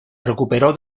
recuperó